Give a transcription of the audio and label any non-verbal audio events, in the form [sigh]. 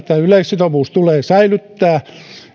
[unintelligible] että yleissitovuus tulee säilyttää